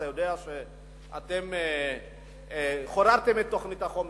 אתה יודע שאתם חוררתם את תוכנית החומש,